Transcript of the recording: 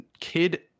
Kid